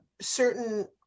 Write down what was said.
certain